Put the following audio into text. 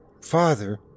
Father